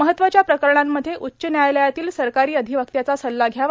महत्त्वाच्या प्रकरणांमध्ये उच्च न्यायालयातील सरकारी अधिवक्त्याचा सल्ला घ्यावा